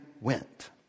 went